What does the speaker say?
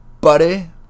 buddy